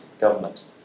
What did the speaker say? government